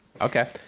Okay